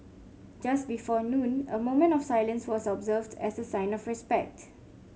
just before noon a moment of silence was observed as a sign of respect